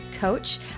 coach